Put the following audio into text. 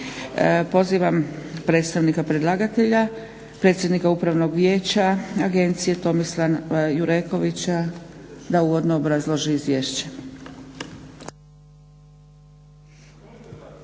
Pozivam predstavnika predlagatelja predsjednika Upravnog vijeća agencije Tomislava Jurekovića da uvodno obrazloži izvješće.